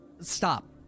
Stop